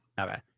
Okay